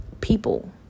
people